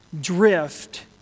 drift